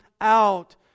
out